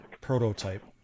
prototype